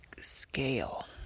scale